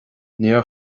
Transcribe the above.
níor